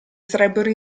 sarebbero